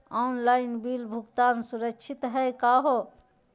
Online bill भुगतान सुरक्षित हई का हो?